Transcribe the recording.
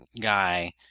guy